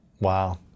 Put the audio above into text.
Wow